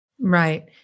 Right